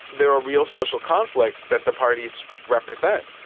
there are real social conflicts that the parties represent.